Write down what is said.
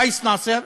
קייס נאסר,